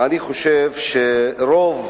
אני חושב שרוב